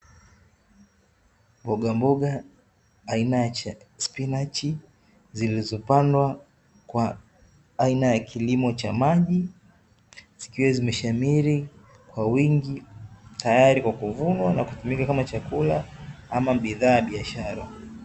Mbogamboga aina ya spinachi zilizopandwa kwa aina ya kilimo cha maji zikiwa zimeshamiri kwa wingi tayari kwa kuvunwa na kupikwa kama chakula ama bidhaa ya biashara.